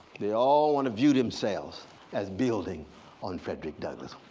they all want to view themselves as building on frederick douglass.